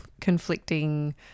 conflicting